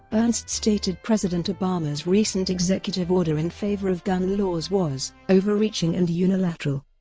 ernst stated president obama's recent executive order in favor of gun laws was overreaching and unilateral